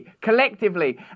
collectively